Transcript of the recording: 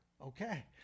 okay